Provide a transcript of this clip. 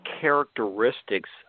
characteristics